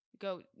go